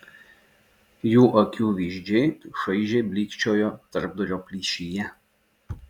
jų akių vyzdžiai šaižiai blykčiojo tarpdurio plyšyje